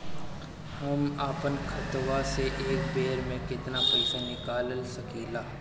हम आपन खतवा से एक बेर मे केतना पईसा निकाल सकिला?